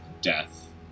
death